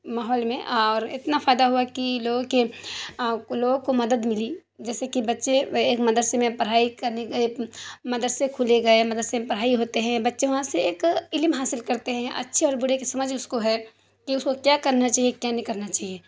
ماحول میں اور اتنا فائدہ ہوا کہ لوگوں کے لوگوں کو مدد ملی جیسے کہ بچے ایک مدرسے میں پڑھائی کرنے گئے مدرسے کھولے گئے مدرسے میں پڑھائی ہوتے ہیں بچے وہاں سے ایک علم حاصل کرتے ہیں اچھے اور برے کی سمجھ اس کو ہے کہ اس کو کیا کرنا چاہیے کیا نہیں کرنا چاہیے